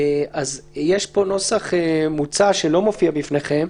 יש פה נוסח מוצע שלא מופיע בפניכם,